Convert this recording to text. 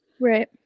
right